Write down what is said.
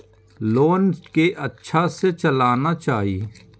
Loan के अच्छा से चलाना चाहि?